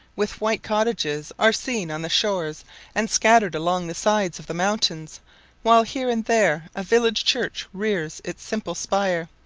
with white cottages, are seen on the shores and scattered along the sides of the mountains while here and there a village church rears its simple spire,